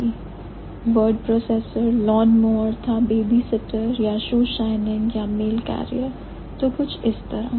Word processor lawn mower था shoe shining था mail carrier तो कुछ इस तरह